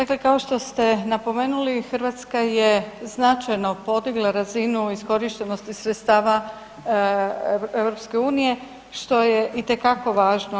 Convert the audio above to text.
Dakle kao što ste napomenuli, Hrvatska je značajno podigla razinu iskorištenosti sredstava EU, što je itekako važno.